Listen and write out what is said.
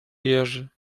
jerzy